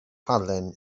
halen